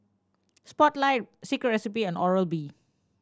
Spotlight Secret Recipe and Oral B